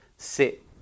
sit